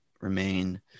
remain